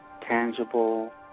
tangible